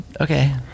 okay